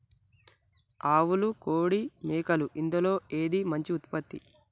ఆవులు కోడి మేకలు ఇందులో ఏది మంచి ఉత్పత్తి?